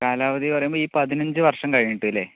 കാലാവധി എന്ന് പറയുമ്പോൾ ഈ പതിനഞ്ച് വർഷം കഴിഞ്ഞിട്ട് അല്ലെ